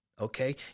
okay